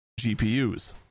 GPUs